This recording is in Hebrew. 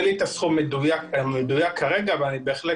אין לי כרגע את הסכום המדויק אבל אני בהחלט